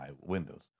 windows